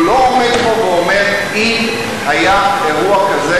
הוא לא עומד פה ואומר: אם היה אירוע כזה